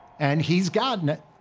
and he's gotten it.